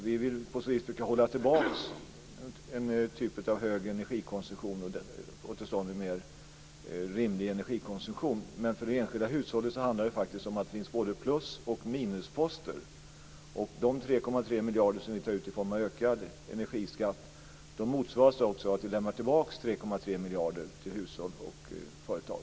Vi vill på sikt försöka hålla tillbaka en typ av hög energikonsumtion och få till stånd en mer rimlig energikonsumtion. För det enskilda hushållet handlar det faktiskt om att det finns både plus och minusposter. De 3,3 miljarder vi tar ut i form av ökad energiskatt motsvaras av att vi lämnar tillbaka 3,3 miljarder till hushåll och företag.